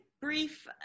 brief